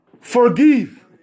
Forgive